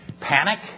Panic